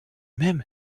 même